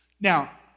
Now